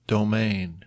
Domain